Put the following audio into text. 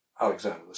Alexander